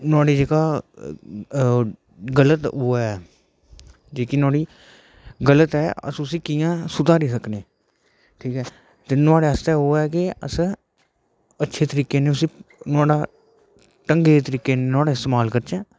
नुआडा जेहका गल्त ओह् ऐ जेहकी नुआढ़ी गल्त ऐ अश उसी कियां सुधारी सकने हा ठीक ऐ नुआढ़े आस्तै ओह् है कि अस अच्छे तरीके कन्नै उसी नुआढ़ा ढंगे तरीके कन्नै नुआढ़ा इस्तेमाल करचै